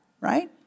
right